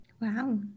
Wow